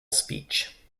speech